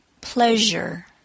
Pleasure